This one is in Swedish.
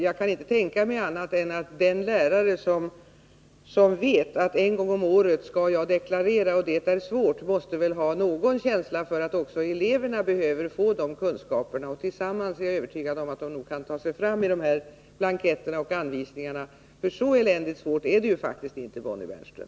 Jag kan inte tänka mig annat än att den lärare som vet att han en gång om året skall deklarera och att det är svårt måste ha någon känsla för att också eleverna behöver få kunskaper om detta. Jag är övertygad om att de tillsammans kan ta sig fram i dessa blanketter och anvisningar. För så eländigt svårt är det ju faktiskt inte, Bonnie Bernström.